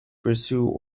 pursue